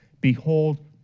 behold